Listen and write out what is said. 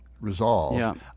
resolve